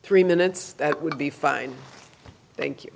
three minutes that would be fine thank you